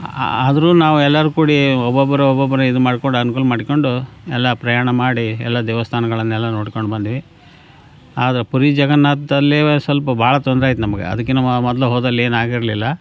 ಆದರೂ ನಾವೆಲ್ಲರು ಕೂಡಿ ಒಬ್ಬೊಬ್ಬರು ಒಬ್ಬೊಬ್ಬರು ಇದು ಮಾಡಿಕೊಂಡು ಅನ್ಕೂಲ ಮಾಡಿಕೊಂಡು ಎಲ್ಲ ಪ್ರಯಾಣ ಮಾಡಿ ಎಲ್ಲ ದೇವಸ್ಥಾನಗಳನ್ನೆಲ್ಲ ನೋಡ್ಕೊಂಡು ಬಂದ್ವಿ ಆದರು ಪುರಿ ಜಗನ್ನಾಥಲ್ಲಿ ಸ್ವಲ್ಪ ಭಾಳ ತೊಂದರೆ ಆಯಿತು ನಮಗೆ ಅದಕ್ಕೆ ನಾವು ಮೊದಲು ಹೋದಲ್ಲಿ ಏನಾಗಿರಲಿಲ್ಲ